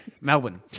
Melbourne